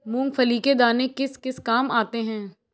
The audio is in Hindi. मूंगफली के दाने किस किस काम आते हैं?